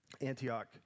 Antioch